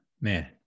Man